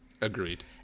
Agreed